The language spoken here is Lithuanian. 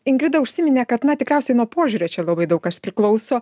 ingrida užsiminė kad na tikriausiai nuo požiūrio čia labai daug kas priklauso